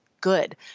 good